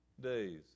days